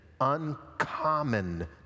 uncommon